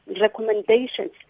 recommendations